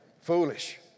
Foolish